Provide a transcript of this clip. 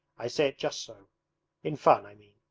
i say it just so in fun i mean.